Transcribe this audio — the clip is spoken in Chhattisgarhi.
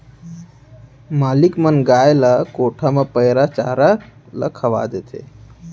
मालिक मन गाय ल कोठा म पैरा चारा ल खवा देथे